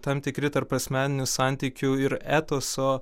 tam tikri tarpasmeninių santykių ir etoso